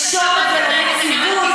ולקשור את זה ליציבות,